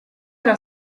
era